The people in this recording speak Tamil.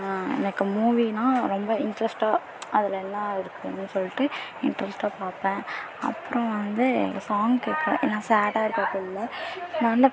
லைக் மூவினால் ரொம்ப இண்ட்ரெஸ்ட்டாக அதில் என்ன இருக்குதுனு சொல்லிட்டு இண்ட்ரெஸ்ட்டாக பார்ப்பேன் அப்புறம் வந்து எனக்கு சாங் கேட்க நான் சேடாக இருக்க குள்ளே